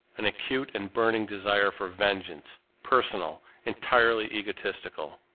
an acute and burning desire for vengeance, personal, entirely egotistical.